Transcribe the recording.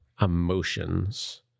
emotions